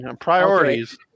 Priorities